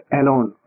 alone